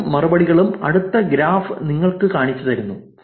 പോസ്റ്റും മറുപടികളും അടുത്ത ഗ്രാഫ് നിങ്ങൾക്ക് കാണിച്ചുതരുന്നു